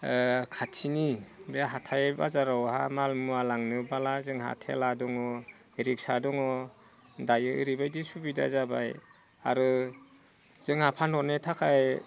खाथिनि बे हाथाइ बाजारावहा माल मुवा लांनोब्ला जोंहा थेला दङ रिक्सा दङ दायो ओरैबायदि सुबिदा जाबाय आरो जोंहा फानहरनो थाखाय